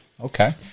okay